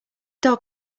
dog